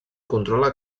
controla